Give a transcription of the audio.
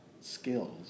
skills